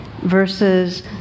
versus